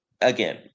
again